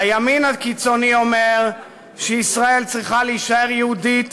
הימין הקיצוני אומר שישראל צריכה להישאר יהודית,